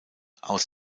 aus